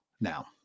now